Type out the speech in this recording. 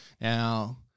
Now